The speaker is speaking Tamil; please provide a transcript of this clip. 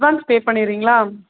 advance pay பண்ணிடறீங்களா